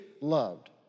loved